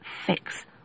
fix